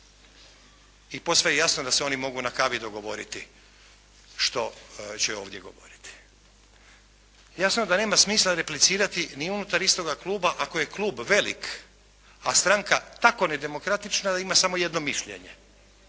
i posve je jasno da se oni mogu na kavi dogovoriti što će ovdje dogovoriti. Jasno je da nema smisla replicirati ni unutar istoga kluba ako je klub velik, a stranka tako nedemokratična da ima samo jedno mišljenje.